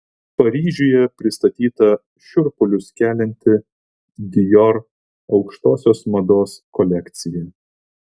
paryžiuje pristatyta šiurpulius kelianti dior aukštosios mados kolekcija